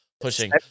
pushing